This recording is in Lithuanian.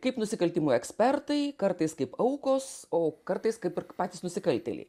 kaip nusikaltimų ekspertai kartais kaip aukos o kartais kaip ir patys nusikaltėliai